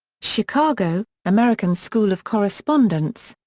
chicago american school of correspondence.